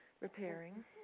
repairing